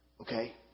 Okay